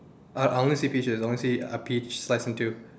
uh I only see peaches I only see a peach sliced in two